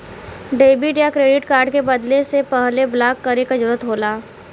debit या credit card के बदले से पहले ब्लॉक करे क जरुरत होला